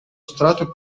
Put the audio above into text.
strato